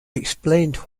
explained